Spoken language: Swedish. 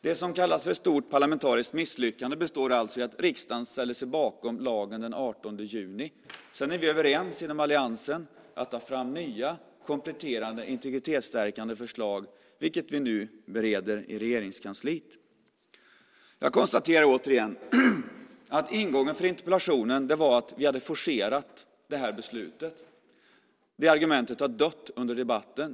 Det som kallas för ett stort parlamentariskt misslyckande består alltså av att riksdagen ställde sig bakom lagen den 18 juni. Sedan är vi överens inom alliansen om att ta fram nya, kompletterande, integritetsstärkande förslag, vilket vi nu bereder i Regeringskansliet. Jag konstaterar återigen att ingången för interpellationen var att vi hade forcerat det här beslutet. Det argumentet har dött under debatten.